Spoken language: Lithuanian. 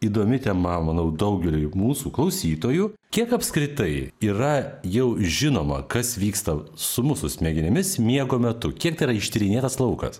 įdomi tema manau daugeliui mūsų klausytojų kiek apskritai yra jau žinoma kas vyksta su mūsų smegenimis miego metu kiek tai yra ištyrinėtas laukas